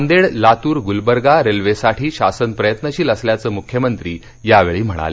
नांदेड लातूर गुलबर्गा रेल्वेसाठी शासन प्रयत्नशील असल्याचं मुख्यमंत्री यावेळी म्हणाले